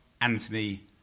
Anthony